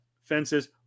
fences